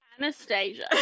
Anastasia